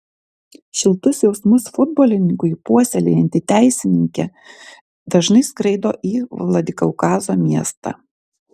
šiltus jausmus futbolininkui puoselėjanti teisininkė dažnai skraido į vladikaukazo miestą